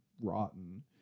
rotten